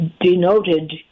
denoted